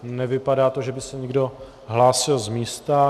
Nevypadá to, že by se někdo hlásil z místa.